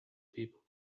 people